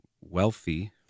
wealthy